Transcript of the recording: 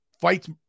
Fights